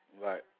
Right